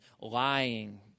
lying